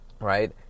Right